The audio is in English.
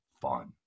fun